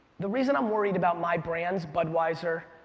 the reason i'm worried about my brands, budweiser